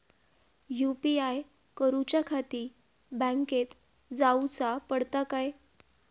UPI करूच्याखाती बँकेत जाऊचा पडता काय?